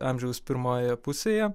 amžiaus pirmojoje pusėje